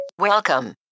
Welcome